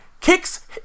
Kicks